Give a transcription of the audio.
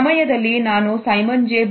ಈ ಸಮಯದಲ್ಲಿ ನಾನು ಸೈಮನ್ ಜೆ